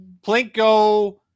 Plinko